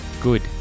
Good